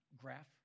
graph